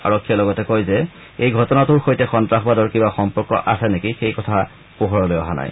আৰক্ষীয়ে লগতে কয় যে এই ঘটনাটোৰ সৈতে সন্ত্ৰাসবাদৰ কিবা সম্পৰ্ক আছে নেকি সেই কথা পোহৰলৈ অহা নাই